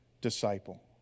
disciple